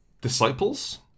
disciples